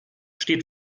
steht